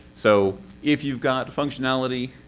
so if you've got functionality,